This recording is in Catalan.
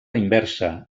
inversa